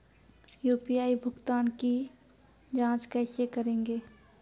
UPI भुगतान की जाँच कैसे करेंगे?